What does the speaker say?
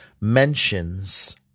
mentions